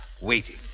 waiting